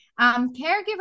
caregiver